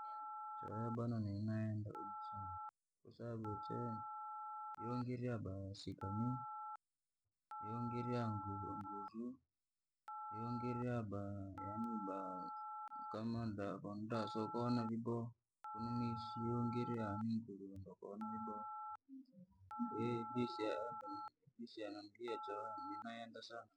Kwahiyo bwana nine naenda, kwasababu ya chehe, yoongerrya ba sitami. Yongeryanguru ryongesi, ryongeryaba yaniba, kamonda sokona libo, ikasaidiraa kosiwokona vyaboha juisi ya embe nini nayenda sana.